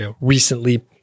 recently